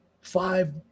Five